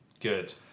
Good